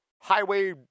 highway